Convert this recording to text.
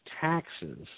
taxes